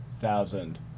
thousand